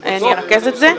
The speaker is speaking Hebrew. דילגת על הפוליטיקה.